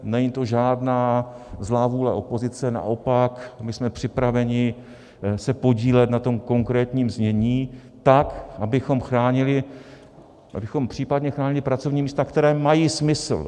Není to žádná zlá vůle opozice, naopak, my jsme připraveni se podílet na tom konkrétním znění tak, abychom případně chránili pracovní místa, která mají smysl.